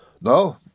No